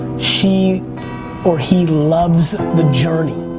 she or he loves the journey,